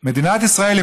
שמדינת ישראל,